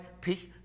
peace